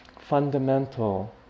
fundamental